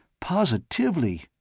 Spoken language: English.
Positively